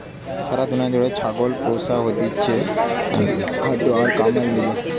সারা দুনিয়া জুড়ে ছাগল পোষা হতিছে ম্যালা খাদ্য আর কামের লিগে